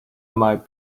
might